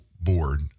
board